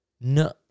No